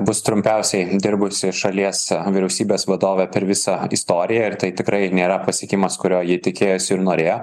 bus trumpiausiai dirbusi šalies vyriausybės vadovė per visą istoriją ir tai tikrai nėra pasiekimas kurio ji tikėjosi ir norėjo